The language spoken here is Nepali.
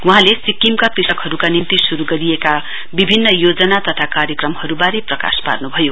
वहाँले सिक्किमका कृषकहरूका निम्ति शुरू गरिएका विभिन्न योजना तथा कार्यक्रमहरूबारे प्रकाश पार्नुभयो